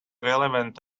relevant